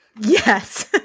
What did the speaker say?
Yes